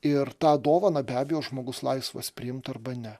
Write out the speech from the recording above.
ir tą dovaną be abejo žmogus laisvas priimt arba ne